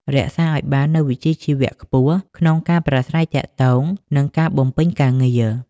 រក្សាអោយបាននូវវិជ្ជាជីវៈខ្ពស់ក្នុងការប្រាស្រ័យទាក់ទង និងការបំពេញការងារ។